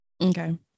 Okay